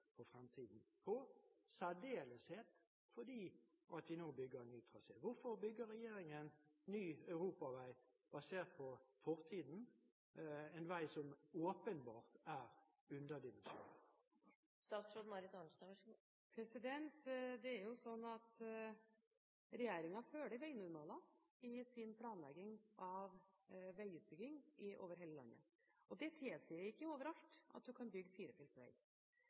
for fremtiden på, i særdeleshet fordi vi nå bygger ny trasé. Hvorfor bygger regjeringen ny europavei basert på fortiden, en vei som åpenbart er underdimensjonert? Det er jo slik at regjeringen følger vegnormaler i sin planlegging av vegutbygging over hele landet. Det tilsier at det er ikke over alt en kan bygge